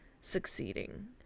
succeeding